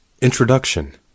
Introduction